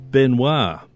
Benoit